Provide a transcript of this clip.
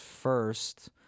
first